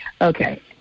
Okay